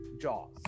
Jaws